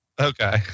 Okay